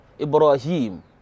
Ibrahim